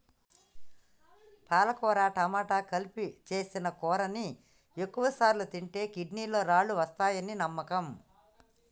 పాలకుర టమాట కలిపి సేసిన కూరని ఎక్కువసార్లు తింటే కిడ్నీలలో రాళ్ళు వస్తాయని నమ్మకం